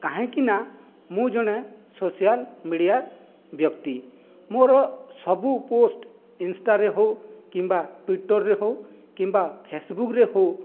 କାହିଁକିନା ମୁଁ ଜଣେ ସୋସିଆଲ ମିଡ଼ିଆ ବ୍ୟକ୍ତି ମୋର ସବୁ ପୋଷ୍ଟ ଇନଷ୍ଟାରେ ହେଉ କିମ୍ବା ଟ୍ଵିଟରରେ ହେଉ କିମ୍ବା ଫେସବୁକରେ ହେଉ